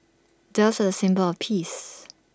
doves are A symbol of peace